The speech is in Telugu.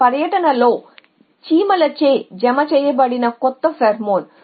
గత పర్యటనలో చీమలచే జమ చేయబడిన కొత్త ఫేర్మోన్